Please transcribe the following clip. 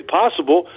possible